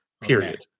Period